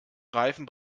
reifen